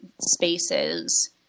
spaces